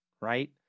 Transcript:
right